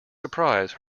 surprise